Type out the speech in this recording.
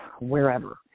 wherever